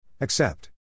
Accept